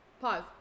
pause